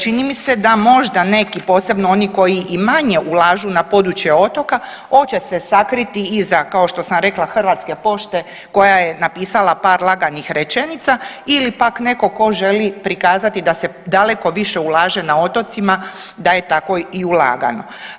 Čini mi se da možda neki posebno oni koji i manje ulažu na područje otoka hoće se sakriti iza kao što sam rekla Hrvatske pošte koja je napisala par laganih rečenica ili pak netko tko želi prikazati da se daleko više ulaže na otocima da je tako i ulagano.